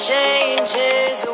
Changes